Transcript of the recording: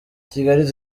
kigali